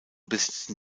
besitzen